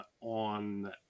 on